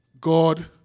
God